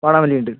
വാടാമല്ലിയുണ്ട്